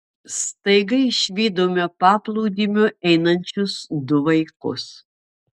staiga išvydome paplūdimiu einančius du vaikus